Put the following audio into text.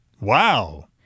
Wow